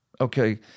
okay